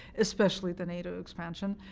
especially the nato expansion,